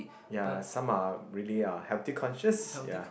ya some are really are healthy conscious ya